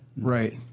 right